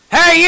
Hey